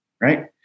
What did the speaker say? Right